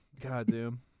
Goddamn